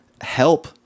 help